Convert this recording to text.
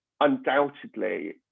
undoubtedly